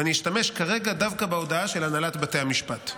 ואשתמש כרגע דווקא בהודעה של הנהלת בתי המשפט.